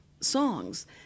Songs